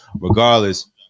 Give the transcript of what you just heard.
Regardless